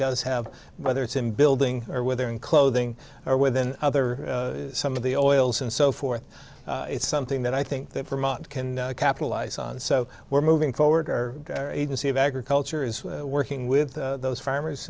does have whether it's in building or whether in clothing or within other some of the oils and so forth it's something that i think they promote can capitalize on so we're moving forward or agency of agriculture is working with those